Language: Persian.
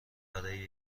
برای